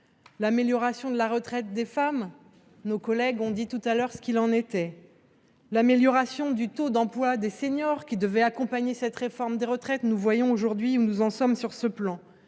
L’amélioration de la retraite des femmes, nos collègues ont dit tout à l’heure ce qu’il en était ; l’amélioration du taux d’emploi des seniors, qui devait accompagner cette réforme des retraites, nous voyons aujourd’hui ce qu’il faut en